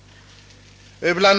BL.